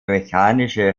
mechanische